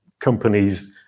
companies